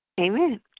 Amen